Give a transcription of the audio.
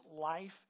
life